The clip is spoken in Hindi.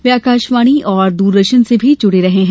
वे आकाशवाणी और दूरदर्शन से भी जुड़े रहे हैं